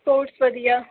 ਬਹੁਤ ਵਧੀਆ